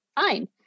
fine